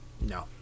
No